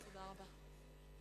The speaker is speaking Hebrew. תודה רבה.